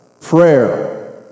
Prayer